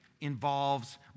involves